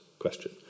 question